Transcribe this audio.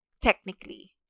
Technically